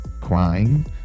crime